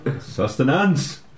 Sustenance